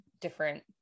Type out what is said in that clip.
different